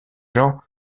jean